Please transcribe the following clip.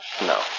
No